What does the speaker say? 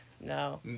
no